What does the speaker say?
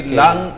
lang